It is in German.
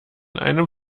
einem